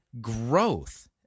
growth